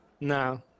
No